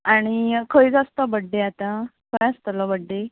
आनी खंय आसा तो बड्डे आतां खंय आसतलो बड्डे